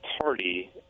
party